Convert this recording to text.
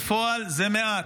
בפועל זה מעט,